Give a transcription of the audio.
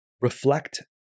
reflect